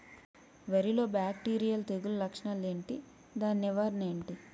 వరి లో బ్యాక్టీరియల్ తెగులు లక్షణాలు ఏంటి? దాని నివారణ ఏంటి?